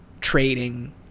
trading